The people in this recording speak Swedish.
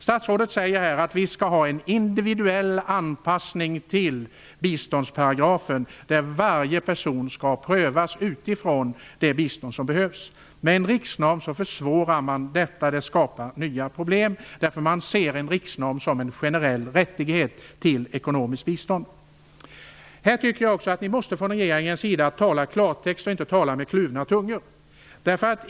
Statsrådet säger att vi skall ha en individuell anpassning till biståndsparagrafen och att varje person skall prövas utifrån det bistånd som behövs. Med en riksnorm försvåras detta, och nya problem skapas. En riksnorm ses nämligen som en generell rätt till ekonomiskt bistånd. Regeringen måste i det här sammanhanget tala klartext och inte tala med kluven tunga.